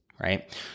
right